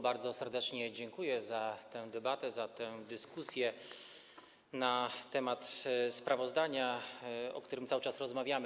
Bardzo serdecznie dziękuję za tę debatę, za tę dyskusję na temat sprawozdania, o którym cały czas rozmawiamy.